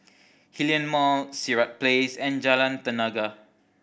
Hillion Mall Sirat Place and Jalan Tenaga